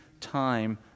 time